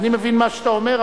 אני מבין מה שאתה אומר,